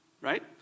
Right